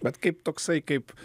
bet kaip toksai kaip